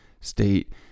state